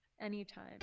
Anytime